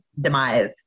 demise